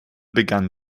begann